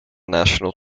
national